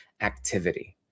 activity